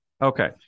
Okay